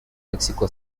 mexico